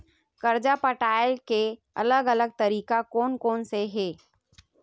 कर्जा पटाये के अलग अलग तरीका कोन कोन से हे?